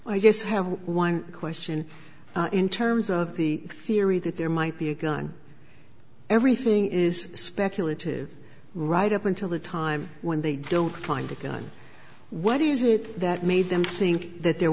that i just have one question in terms of the theory that there might be a gun everything is speculative right up until the time when they don't find the gun what is it that made them think that there